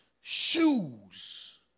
shoes